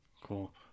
Cool